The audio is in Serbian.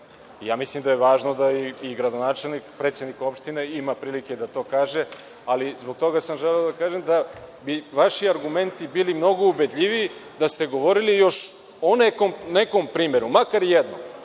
Ja mislim da je važno da i gradonačelnik, predsednik opštine ima prilike da to kaže. Zbog toga sam želeo da kažem da bi vaši argumenti bili mnogo ubedljiviji da ste govorili o još nekom primeru, makar jednom.